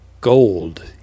gold